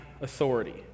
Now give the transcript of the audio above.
authority